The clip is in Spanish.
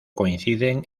coinciden